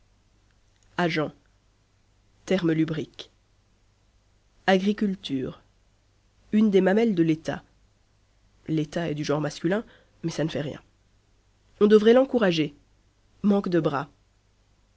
agent terme lubrique agriculture une des mamelles de l'etat l'etat est du genre masculin mais ça ne fait rien on devrait l'encourager manque de bras